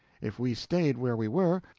if we stayed where we were,